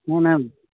অঁ নাই